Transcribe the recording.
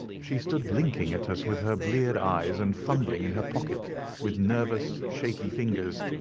she stood blinking at us with her bleared eyes and fumbling in her pocket with nervous, shaky fingers.